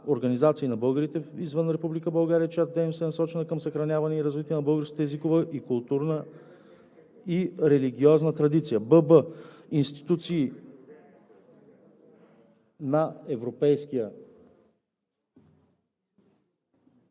организации на българите извън Република България, чиято дейност е насочена към съхраняване и развитие на българската езикова, културна и религиозна традиция; бб) институции на Европейския